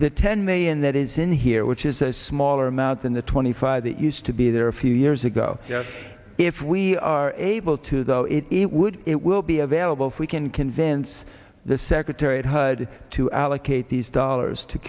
the ten million that is in here which is a smaller amount than the twenty five that used to be there a few years ago if we are able to go it it would it will be available for we can convince the secretary of hud to allocate these dollars to